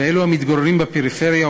ואלו המתגוררים בפריפריה,